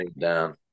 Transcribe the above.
down